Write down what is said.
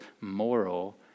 moral